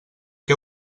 què